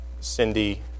Cindy